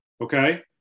Okay